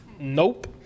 nope